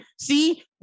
see